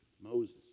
Moses